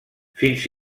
fins